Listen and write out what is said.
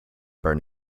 burn